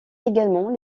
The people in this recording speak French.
également